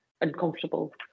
uncomfortable